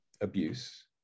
abuse